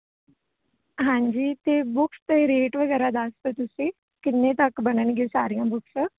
ਹਾਂਜੀ ਅਤੇ ਬੁੱਕਸ 'ਤੇ ਰੇਟ ਵਗੈਰਾ ਦੱਸ ਦਿਓ ਤੁਸੀਂ ਕਿੰਨੇ ਤੱਕ ਬਣਨਗੇ ਸਾਰੀਆਂ ਬੁੱਕਸ